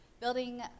Building